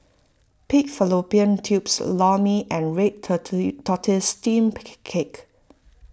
Pig Fallopian Tubes Lor Mee and Red Tortoise Steamed Cake